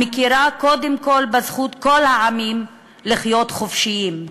המכירה קודם כול בזכות כל העמים לחיות חופשיים,